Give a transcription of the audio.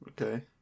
Okay